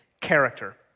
character